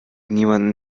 niemandem